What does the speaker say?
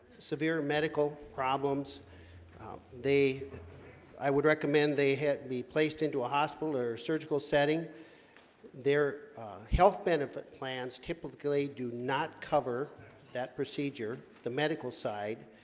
severe medical problems they i would recommend they had be placed into a hospital or surgical setting their health benefit plans typically do not cover that procedure the medical side